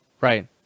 Right